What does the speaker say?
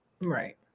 Right